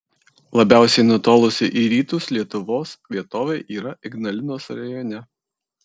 labiausiai nutolusi į rytus lietuvos vietovė yra ignalinos rajone